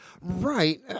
Right